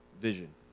vision